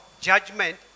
judgment